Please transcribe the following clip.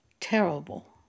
terrible